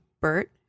bert